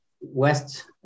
West